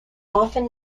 often